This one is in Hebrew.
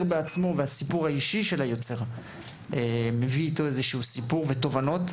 בעצמו והסיפור האישי של היוצר מביא איתו איזשהו סיפור ותובנות.